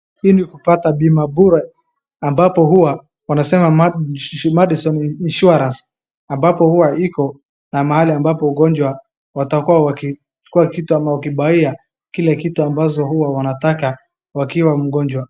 Hili kupata bima bora ambapo huwa wanasema MADISON Insurance . Ambapo huwa iko na mahali ambapo na wagonjwa watakuwa wakitimbaiya kila kitu ambazo huwa wanataka wakiwa mgonjwa.